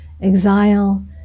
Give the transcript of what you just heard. exile